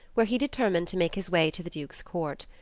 where he determined to make his way to the duke's court.